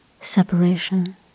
separation